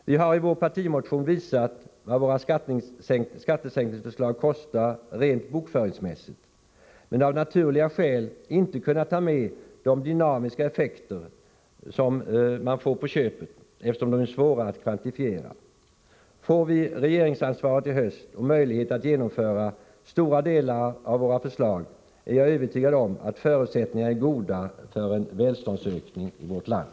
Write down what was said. Vi har i vår partimotion visat vad våra skattesänkningsförslag kostar rent bokföringsmässigt, men av naturliga skäl har vi inte kunnat ta med de dynamiska effekter som man får på köpet, eftersom de är svåra att kvantifiera. Får vi regeringsansvaret i höst och möjlighet att genomföra stora delar av våra förslag, är jag övertygad om att förutsättningarna är goda för en välståndsökning i vårt land.